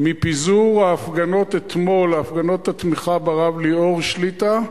מפיזור הפגנות התמיכה אתמול ברב ליאור שליט"א,